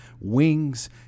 wings